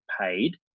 paid